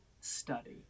study